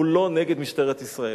הוא לא נגד משטרת ישראל,